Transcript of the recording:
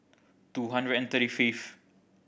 two hundred and thirty fifth